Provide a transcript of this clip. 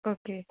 okay